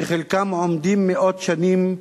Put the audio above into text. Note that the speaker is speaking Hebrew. שחלקם עומדים מאות שנים,